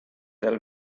del